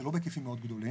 זה לא בהיקפים מאוד גדולים,